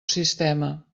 sistema